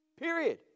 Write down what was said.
Period